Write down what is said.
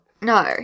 no